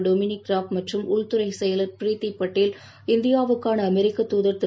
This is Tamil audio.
டோமினிக் ராப் மற்றும் உள்துறை செயவர் ப்ரீதி பட்டேல் இந்தியாவுக்கான அமெரிக்க தூதர் திரு